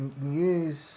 news